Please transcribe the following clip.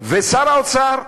ושר האוצר,